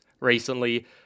recently